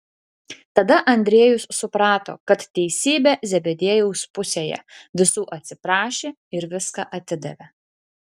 tada andriejus suprato kad teisybė zebediejaus pusėje visų atsiprašė ir viską atidavė